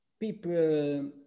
People